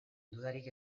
dudarik